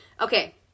okay